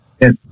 Yes